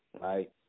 right